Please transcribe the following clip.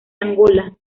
angola